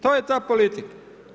To je ta politika.